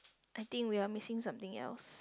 I think we are missing something else